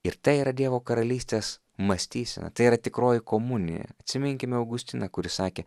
ir tai yra dievo karalystės mąstysena tai yra tikroji komunija atsiminkime augustiną kuris sakė